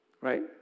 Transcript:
right